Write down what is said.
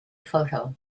photo